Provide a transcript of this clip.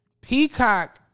Peacock